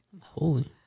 Holy